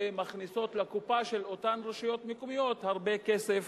ומכניסים לקופה של אותן רשויות מקומיות הרבה כסף